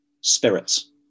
Spirits